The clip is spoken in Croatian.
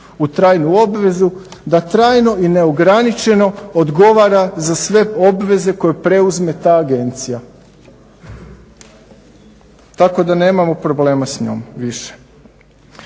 u trajnu obvezu da trajno i neograničeno odgovara za sve obveze koje preuzme ta agencija. Tako da nemamo problema više.